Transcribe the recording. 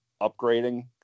upgrading